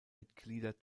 mitglieder